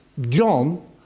John